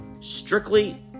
Strictly